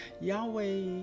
Yahweh